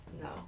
No